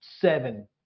seven